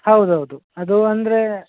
ಹೌದು ಹೌದು ಅದು ಅಂದ್ರೆ